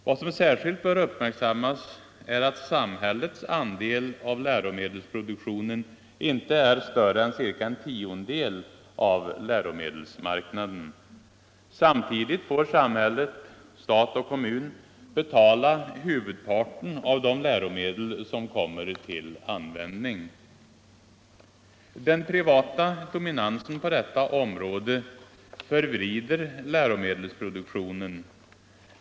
Vad som särskilt bör uppmärksammas är att samhällets andel av lä romedelsproduktionen inte är större än ca en tiondel av läromedelsmark Nr 30 naden. Samtidigt får samhället — stat och kommun — betala huvudparten Onsdagen den av de läromedel som kommer till användning. 5 mars 1975 Den privata dominansen på detta område förvrider läromedelsproduktionen.